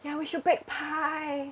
ya we should bake pie